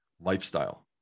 Lifestyle